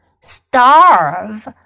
Starve